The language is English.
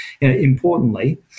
importantly